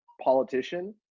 politician